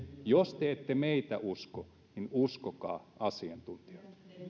jos te ette meitä usko niin uskokaa asiantuntijoita